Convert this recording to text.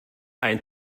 ein